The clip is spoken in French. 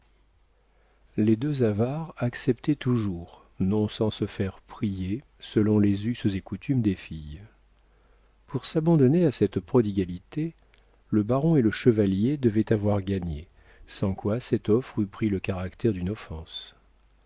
les deux avares acceptaient toujours non sans se faire prier selon les us et coutumes des filles pour s'abandonner à cette prodigalité le baron et le chevalier devaient avoir gagné sans quoi cette offre eût pris le caractère d'une offense